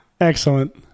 excellent